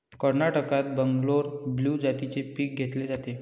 कर्नाटकात बंगलोर ब्लू जातीचे पीक घेतले जाते